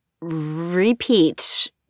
repeat